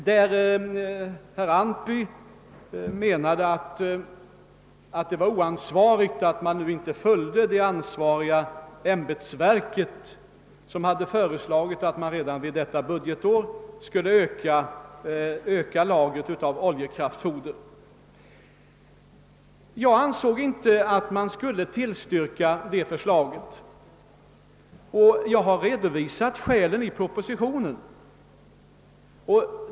Herr Antby menade att det var oansvarigt att man nu inte följde ämbetsverket, som hade föreslagit att man redan detta budgetår skulle öka lagret av oljekraftfoder. Jag ansåg inte att detta förslag skulle tillstyrkas, och jag har redovisat skälen i propositionen.